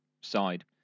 side